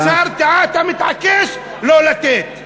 גם ההרתעה, אתה מתעקש לא לתת.